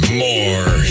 more